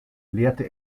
lehrte